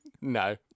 No